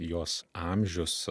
jos amžius